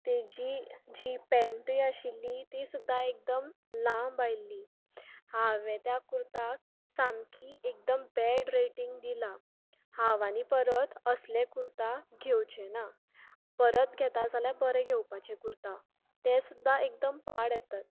ताजी जी पेन्टूय आशिल्ली ती सुद्दां एकदम लांब आयिल्ली हांवें त्या कुर्ताक सामकी एकदम बॅड रेटिंग दिला हांव आनी परत असले कुर्ता घेवचें ना परत घेता जाल्यार बरें घेवपाचे कुर्ता तें सुद्दां एकदम पाड येतात